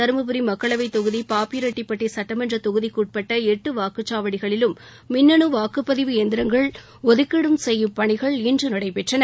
தருமபுரி மக்களவைத் தொகுதி பாப்பிரெட்டிபட்டி சுட்டமன்ற தொகுதிக்குட்பட்ட எட்டு வாக்குச் சாவடிகளிலும் மின்னனு வாக்குப்பதிவு இயந்திரங்கள் ஒதுக்கீடு செய்யும் பணிகள் இன்று நடைபெற்றன